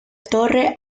torre